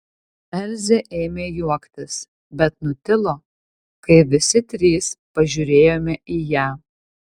elzė ėmė juoktis bet nutilo kai visi trys pažiūrėjome į ją